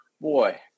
boy